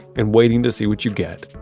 and waiting to see what you get,